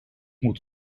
moet